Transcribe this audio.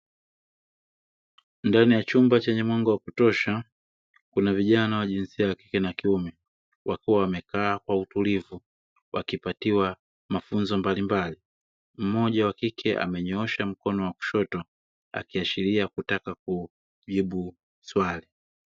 Ndani ya chumba chenye mwanga wa kutosha kuna vijana wa jinsia ya kike na kiume wakiwa wamekaa kwa utulivu wakipatiwa mafunzo mbalimbali, mmoja wa kike amenyoosha mkono wa kushoto akiashiria kutaka kujibu swali.